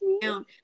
down